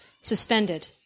suspended